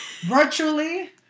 Virtually